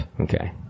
Okay